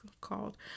called